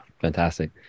fantastic